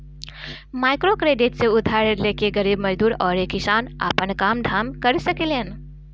microcredit से उधार लेके गरीब मजदूर अउरी किसान आपन काम धाम कर सकेलन